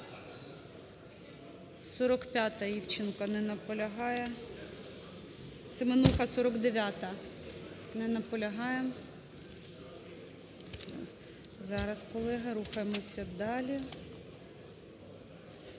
45-а. Івченко. Не наполягає. Семенуха. 49-а. Не наполягає. Зараз, колеги, рухаємося далі.